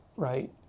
right